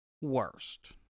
worst